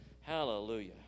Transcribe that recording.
Hallelujah